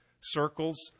circles